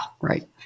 Right